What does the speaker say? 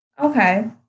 Okay